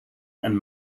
and